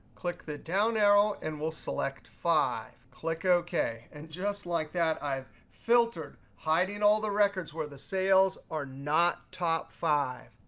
click the down arrow and we'll select five. click ok. and just like that, i've filtered hiding all the records, where the sales are not top five.